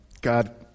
God